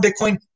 Bitcoin